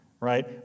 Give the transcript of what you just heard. Right